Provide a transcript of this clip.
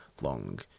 long